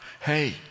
hey